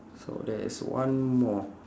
so there is one more